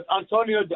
Antonio